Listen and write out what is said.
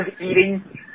eating